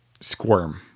squirm